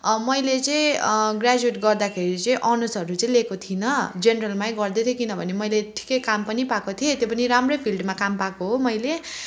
मैले चाहिँ ग्रेजुएट गर्दाखेरि चाहिँ अनर्सहरू चाहिँ लिएको थिइनँ जेनरलमै गर्दैथिएँ किनभने मैले ठिकै काम पनि पाएको थिएँ त्यो पनि राम्रै फिल्डमा काम पाएको हो मैले